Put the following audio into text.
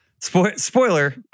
Spoiler